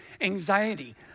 anxiety